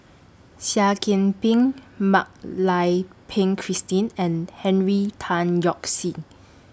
Seah Kian Peng Mak Lai Peng Christine and Henry Tan Yoke See